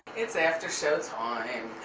it's after show time.